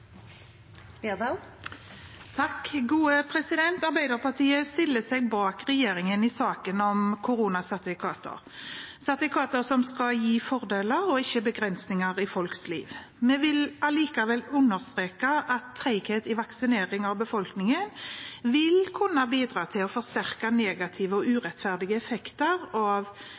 Arbeiderpartiet stiller seg bak regjeringen i saken om koronasertifikater – sertifikater som skal gi fordeler og ikke begrensninger i folks liv. Vi vil likevel understreke at treghet i vaksineringen av befolkningen vil kunne bidra til å forsterke negative og urettferdige effekter av